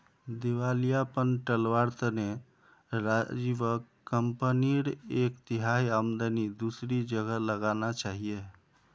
दिवालियापन टलवार तने राजीवक कंपनीर एक तिहाई आमदनी दूसरी जगह लगाना चाहिए